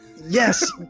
yes